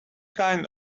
kind